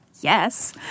Yes